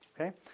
okay